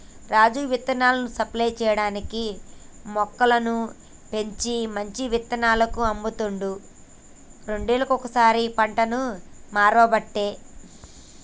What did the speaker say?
రాజు విత్తనాలను సప్లై చేయటానికీ మొక్కలను పెంచి మంచి విత్తనాలను అమ్ముతాండు రెండేళ్లకోసారి పంటను మార్వబట్టే